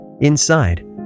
inside